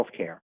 healthcare